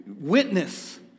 witness